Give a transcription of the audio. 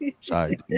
sorry